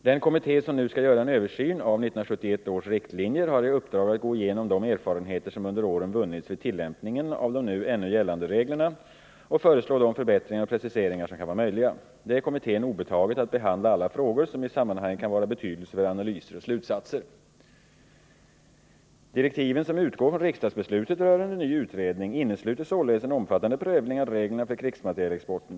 Den kommitté som nu skall göra en översyn av 1971 års riktlinjer har i uppdrag att gå igenom de erfarenheter som under åren vunnits vid tillämpningen av de ännu gällande reglerna och föreslå de förbättringar och preciseringar som kan vara möjliga. Det är kommittén obetaget att behandla alla frågor som i sammanhanget kan vara av betydelse för analyser och slutsatser. Direktiven, som utgår från riksdagsbeslutet rörande en ny utredning, innesluter således en omfattande prövning av reglerna för krigsmaterielexporten.